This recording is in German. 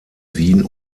wien